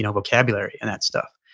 yeah vocabulary and that stuff.